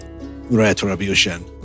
Retribution